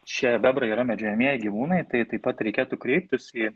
čia bebrai yra medžiojamieji gyvūnai tai taip pat reikėtų kreiptis į